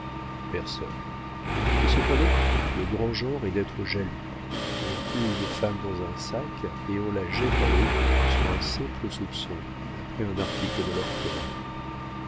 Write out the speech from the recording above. personne et cependant le grand genre est d'être jaloux on coud une femme dans un sac et on la jette à l'eau sur un simple soupçon d'après un article de leur code